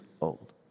old